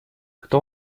кто